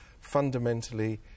fundamentally